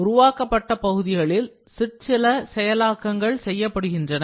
உருவாக்கப்பட்ட பகுதியில் சிற்சில செயலாக்கங்கள் செய்யப்படுகின்றன